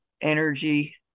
energy